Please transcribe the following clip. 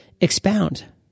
expound